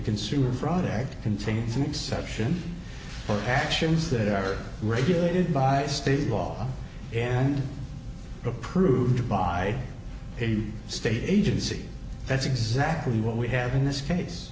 contains an exception for actions that are regulated by state law and approved by the state agency that's exactly what we have in this case